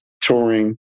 touring